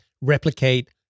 replicate